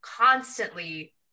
constantly